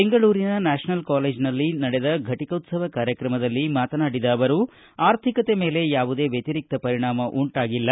ಬೆಂಗಳೂರಿನ ನ್ಯಾಶನಲ್ ಕಾಲೇಜಿನಲ್ಲಿ ನಡದ ಘಟಕೋತ್ಸವ ಕಾರ್ಯಕ್ರಮದಲ್ಲಿ ಮಾತನಾಡಿದ ಅವರು ಆರ್ಥಿಕತೆ ಮೇಲೆ ಯಾವುದೇ ವ್ಯತಿರಿಕ್ತ ಪರಿಣಾಮ ಉಂಟಾಗಿಲ್ಲ